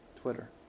Twitter